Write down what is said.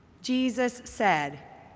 jesus said,